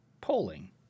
polling